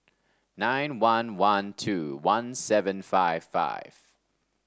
nine one one two one seven five five